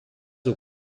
aux